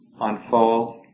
unfold